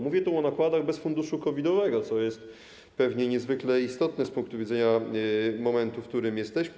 Mówię tu o nakładach bez funduszu COVID-owego, co jest pewnie niezwykle istotne z punktu widzenia momentu, w którym jesteśmy.